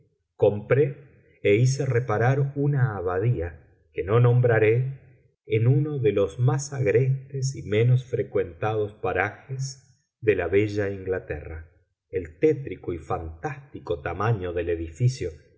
compré e hice reparar una abadía que no nombraré en uno de los más agrestes y menos frecuentados parajes de la bella inglaterra el tétrico y fantástico tamaño del edificio